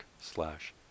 slash